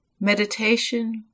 meditation